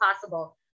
possible